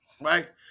right